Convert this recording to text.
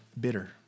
bitter